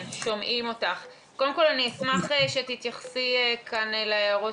קודם כל אני אשמח שתתייחסי כאן להערות